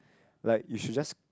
like you should just